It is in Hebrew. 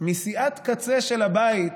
מסיעת קצה של הבית,